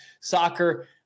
soccer